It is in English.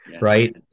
right